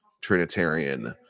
Trinitarian